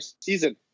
season